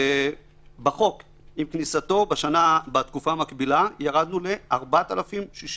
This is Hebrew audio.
ובחוק עם כניסתו בתקופה המקבילה ירדנו ל-4,068,